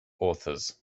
authors